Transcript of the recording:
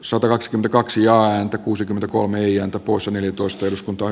sotilaskin kaksi ääntä kuusikymmentäkolme jonka poissa neljätoista eduskuntaan